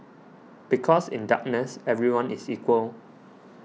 because in darkness everyone is equal